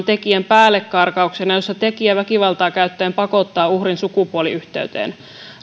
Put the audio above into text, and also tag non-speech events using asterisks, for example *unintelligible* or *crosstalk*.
*unintelligible* tekijän päällekarkauksena jossa tekijä väkivaltaa käyttäen pakottaa uhrin sukupuoliyhteyteen